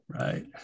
right